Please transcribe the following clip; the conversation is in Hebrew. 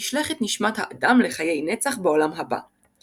נשלחת נשמת האדם לחיי נצח בעולם הבא.